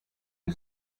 you